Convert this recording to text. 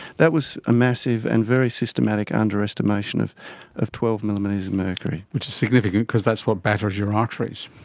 that was a massive and very systematic underestimation of of twelve millimetres of mercury. which is significant because that's what batters your arteries.